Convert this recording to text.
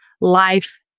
life